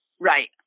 Right